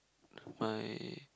my